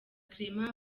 clement